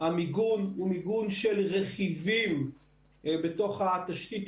המיגון הוא מיגון של רכיבים בתוך התשתית